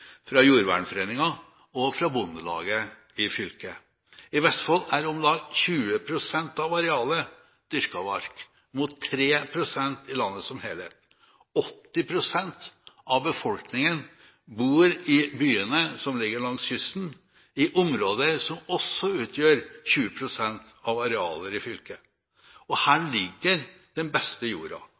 fra Jordvernforeningen og fra Bondelaget i fylket. I Vestfold er om lag 20 pst. av arealet dyrket mark – mot 3 pst. i landet som helhet. 80 pst. av befolkningen bor i byene, som ligger langs kysten, i områder som også utgjør 20 pst. av arealet i fylket. Her ligger den beste jorda